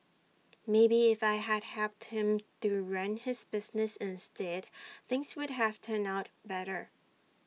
maybe if I had helped him to run his business instead things would have turned out better